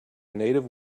native